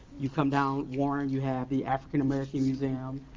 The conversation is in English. you come down warren, you have the african american museum,